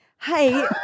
Hey